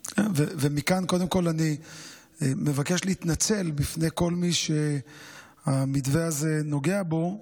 ומכאן קודם כול אני מבקש להתנצל בפני כל מי שהמתווה הזה נוגע בו,